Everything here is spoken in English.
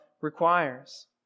requires